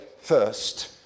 first